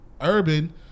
Urban